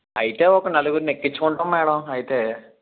అయితే ఒక నలుగురిని ఎక్కించుకుంటాం మేడం అయితే